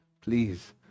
please